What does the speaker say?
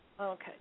Okay